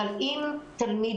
פרק